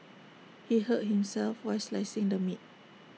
he hurt himself while slicing the meat